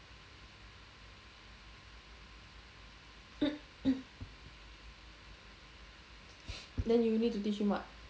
then you need to teach him what